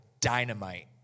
dynamite